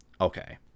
Okay